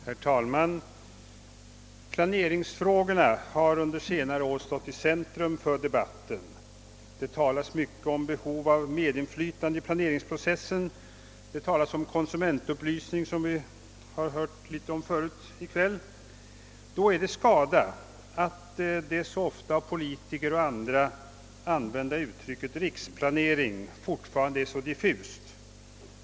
Herr talman! Planeringsfrågorna har under senare år stått i centrum för debatten. Det talas mycket om behovet av medinflytande i planeringsprocessen. Det talas också om konsumentupplysning; den frågan har vi hört en del om tidigare i kväll. Då är det skada att det av politiker och andra ofta använda uttrycket riksplanering fortfarande är så diffust.